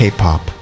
K-Pop